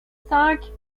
cinq